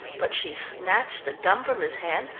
but she snatched the gun from his hand,